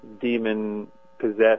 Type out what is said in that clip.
demon-possessed